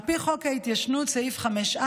על פי חוק ההתיישנות, סעיף 5(א),